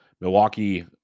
Milwaukee